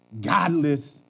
godless